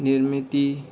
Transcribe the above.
निर्मिती